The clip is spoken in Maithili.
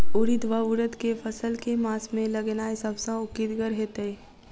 उड़ीद वा उड़द केँ फसल केँ मास मे लगेनाय सब सऽ उकीतगर हेतै?